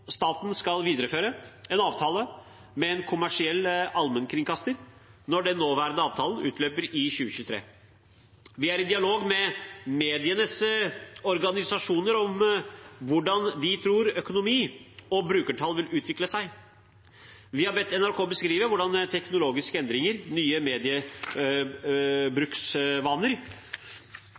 staten skal videreføre en avtale med en kommersiell allmennkringkaster når den nåværende avtalen utløper i 2023. Vi er i dialog med medienes organisasjoner om hvordan de tror økonomi og brukertall vil utvikle seg. Vi har bedt NRK beskrive hvordan teknologiske endringer, nye mediebruksvaner